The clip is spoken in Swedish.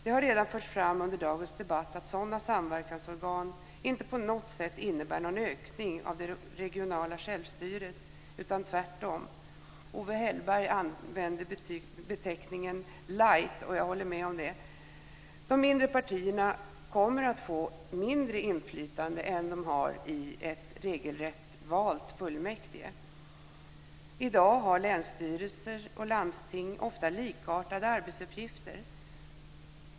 Det har redan förts fram under dagens debatt att sådana samverkansorgan inte på något sätt innebär någon ökning av det regionala självstyret, utan tvärtom. Owe Hellberg använde beteckningen light, och jag håller med om det. De mindre partierna kommer att få mindre inflytande än de har i ett regelrätt valt fullmäktige. I dag har länsstyrelser och landsting ofta likartade arbetsuppgifter.